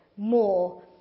more